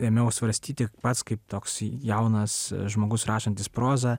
ėmiau svarstyti pats kaip toks jaunas žmogus rašantis prozą